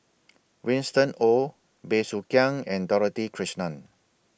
Winston Oh Bey Soo Khiang and Dorothy Krishnan